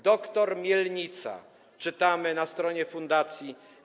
Doktor Mielnica” - czytamy na stronie fundacji.